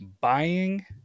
buying